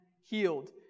healed